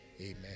Amen